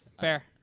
fair